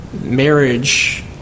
marriage